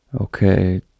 Okay